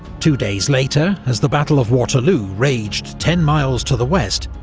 two days later, as the battle of waterloo raged ten miles to the west,